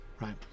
right